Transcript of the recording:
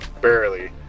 barely